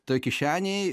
toj kišenėj